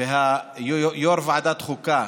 ויו"ר ועדת החוקה